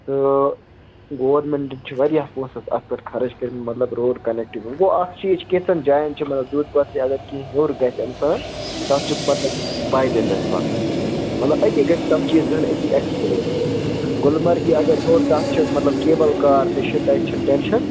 تہٕ گورمِنٹَن چھِ واریاہ پونٛسَس اَتھ پٮ۪ٹھ خرٕچ کٔرۍمٕتۍ مطلب روڈ کَنٮ۪کٹیٛوٗ وۅنۍ گوٚو اَکھ چیٖز کینٛژَن جایَن چھُ مطلب دودٕ پٔتھری اگر کیٚنٛہہ ہیوٚر گَژھِ اِنسان تَتھ چھُ مطلب پایدٔلۍ حظ پَکُن مطلب أتی گژھِ تُم چیٖز گٔے أتی ایٚکٕسپُلور گُلمرگہِ اگر ہیوٚر تَتھ چھِ مطلب کیبُل کار تہِ چھِ تَتہِ چھِنہٕ ٹٮ۪نشَن